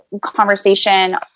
conversation